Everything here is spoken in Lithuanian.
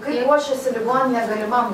kai ruošėsi ligoninė galimam